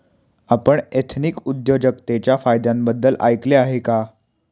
आपण एथनिक उद्योजकतेच्या फायद्यांबद्दल ऐकले आहे का?